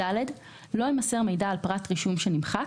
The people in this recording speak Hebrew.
(ד)לא יימסר מידע על פרט רישום שנמחק,